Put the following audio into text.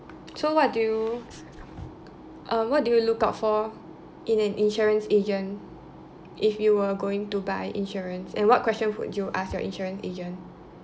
so what do you um what do you look out for in an insurance agent if you were going to buy insurance and what question would you ask your insurance agent